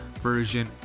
version